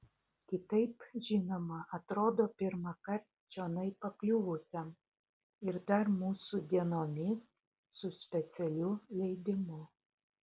kitaip žinoma atrodo pirmąkart čionai pakliuvusiam ir dar mūsų dienomis su specialiu leidimu